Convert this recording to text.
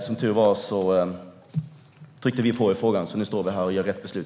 Som tur var tryckte vi på i frågan, så nu står vi här och får rätt beslut.